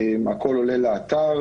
הכול עולה לאתר.